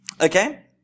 Okay